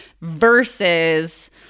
versus